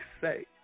say